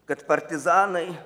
kad partizanai